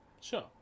Sure